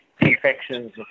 infections